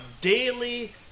daily